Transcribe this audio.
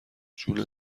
جون